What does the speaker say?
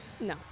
No